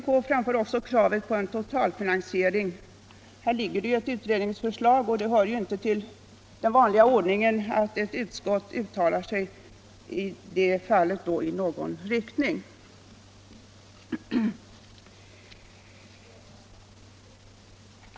Man kräver också en totalfinansiering, men här ligger det ett utredningsförslag, och i sådana fall hör det ju inte till den vanliga ordningen att ett utskott uttalar sig i någon riktning.